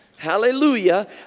Hallelujah